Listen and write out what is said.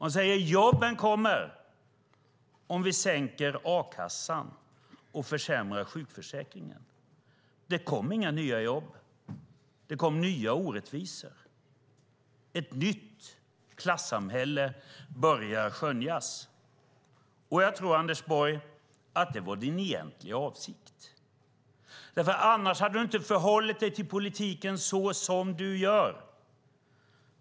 Han säger att jobben kommer om vi sänker a-kassan och försämrar sjukförsäkringen. Det kom inga nya jobb. Det kom nya orättvisor. Ett nytt klassamhälle börjar skönjas. Jag tror, Anders Borg, att det var din egentliga avsikt. Annars hade du inte förhållit dig till politiken såsom du gör.